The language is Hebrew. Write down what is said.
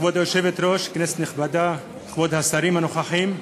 כבוד היושבת-ראש, כנסת נכבדה, כבוד השרים הנוכחים,